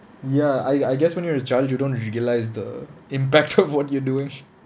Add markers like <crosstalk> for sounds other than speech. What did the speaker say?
ya I I guess when you're a child you don't realise the impact of <laughs> what you're doing